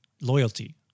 loyalty